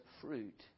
fruit